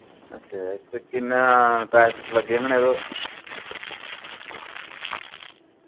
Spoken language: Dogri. अच्छा ते किन्ना पैसे लग्गी जाङन इ'दे पर